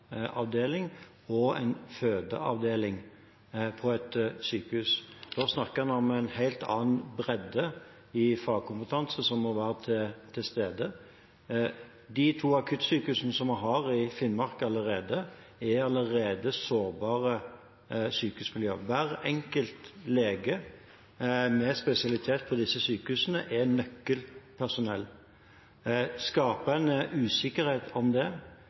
og en fødeavdeling på et sykehus. Da snakker vi om en helt annen bredde i fagkompetanse som må være til stede. De to akuttsykehusene vi har i Finnmark allerede, er allerede sårbare sykehusmiljøer. Hver enkelt lege med spesialitet ved disse sykehusene er nøkkelpersonell. Skaper en usikkerhet om det,